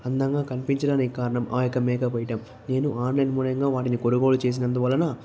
అందంగా కనిపించడానికి కారణం ఆ యొక్క మేకప్ ఐటెం నేను ఆన్లైన్ మూలంగా వాటిని కొనుగోలు చేసినందువలన